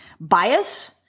bias